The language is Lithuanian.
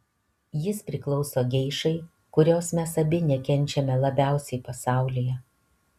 jis priklauso geišai kurios mes abi nekenčiame labiausiai pasaulyje